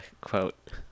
Quote